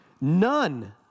none